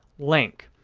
link.